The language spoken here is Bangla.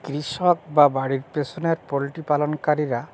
কৃষক বা বাড়ির পিছনের পোলট্রি পালনকারীরা